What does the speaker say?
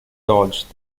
dodged